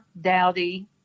Dowdy